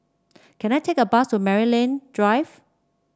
can I take a bus to Maryland Drive